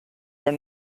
are